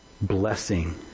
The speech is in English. blessing